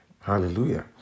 Hallelujah